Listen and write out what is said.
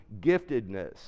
giftedness